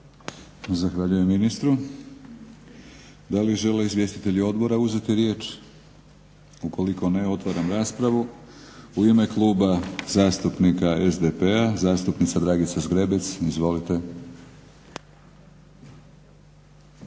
Zahvaljujem ministru. Da li žele izvjestitelji odbora uzeti riječ? Ukoliko ne, otvaram raspravu. U ime Kluba zastupnika SDP-a zastupnica Dragica Zgrebec, izvolite. **Zgrebec,